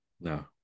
No